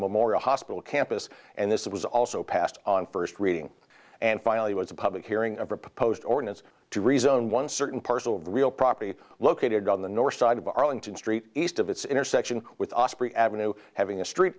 memorial hospital campus and this was also passed on first reading and finally was a public hearing of a proposed ordinance to rezone one certain parcel of real property located on the north side of arlington street east of its intersection with osprey avenue having a street